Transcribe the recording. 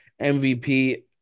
MVP